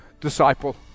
disciple